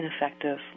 ineffective